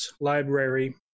library